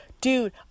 dude